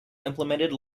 implement